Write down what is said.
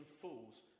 fools